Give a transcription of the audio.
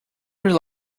rely